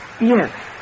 Yes